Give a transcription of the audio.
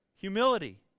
humility